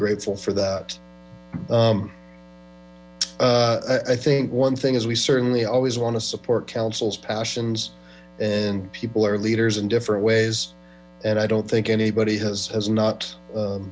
grateful for that i think one thing is we certainly always want to support counsel's passions and people are leaders in different ways and i don't think anybody has has not